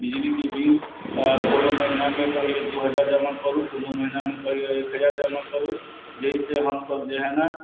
बिजलीके बिल कोनो महिनामे कहैया दू हजार जमा करु कोनो महिनामे कहैया एक हजार जमा करु जेहिसँ हम सभ जेहै न